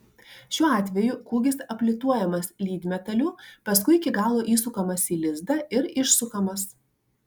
šiuo atveju kūgis aplituojamas lydmetaliu paskui iki galo įsukamas į lizdą ir išsukamas